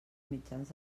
mitjans